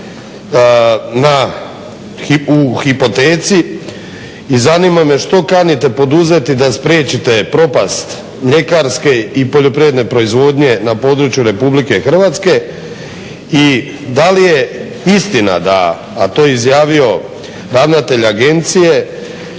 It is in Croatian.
u hipoteci. I zanima me što kanite poduzeti da spriječite propast mljekarske i poljoprivredne proizvodnje na području Republike Hrvatske? I da li je istina da, a to je izjavio ravnatelj agencije